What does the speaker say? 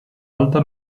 alta